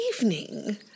evening